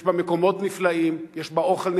יש בה מקומות נפלאים, יש בה אוכל נהדר,